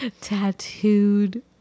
tattooed